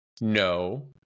No